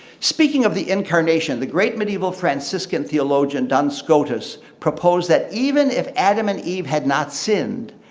speaking of the incarnation the great medieval franciscan theologian, dun scotus, proposed that even if adam and eve had not sinned,